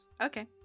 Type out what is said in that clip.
Okay